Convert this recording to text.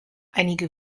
einige